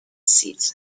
seeds